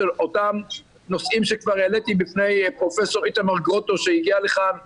זה אותם נושאים שכבר העליתי בפני פרופ' איתמר גרוטו שהגיע לכאן לסיור,